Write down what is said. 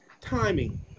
timing